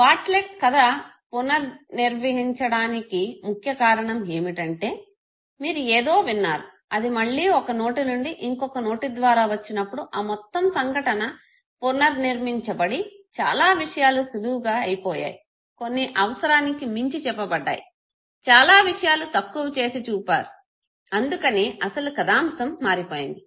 Bartlett కథ పునర్నిర్వహించబడటానికి ముఖ్య కారణం ఏమిటంటే మీరు ఏదో విన్నారు అది మళ్ళి ఒక నోటినుండి ఇంకొక నోటి ద్వారా వచ్చినప్పుడు ఆ మొత్తం సంఘటన పునర్నిర్మించబడి చాలా విషయాలు సులువుగా అయిపోయాయి కొన్ని అవసరానికి మించి చెప్పబడ్డాయి చాలా విషయాలు తక్కువ చేసి చూపారు అందుకని అసలు కధాంశం మారిపోయింది